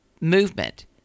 movement